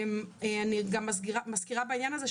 אני גם מזכירה בעניין הזה,